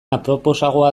aproposagoa